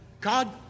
God